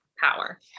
power